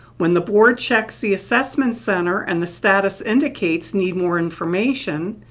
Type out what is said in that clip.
when the board checks the assessment center and the status indicates need more information,